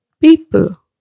people